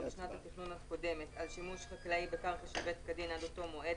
בשנת התכנון הקודמת על שימוש חקלאי בקרקע שעיבד כדין עד אותו מועד,